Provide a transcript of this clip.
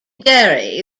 derry